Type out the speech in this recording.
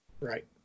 Right